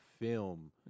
film